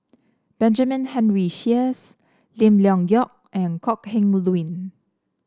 Benjamin Henry Sheares Lim Leong Geok and Kok Heng Leun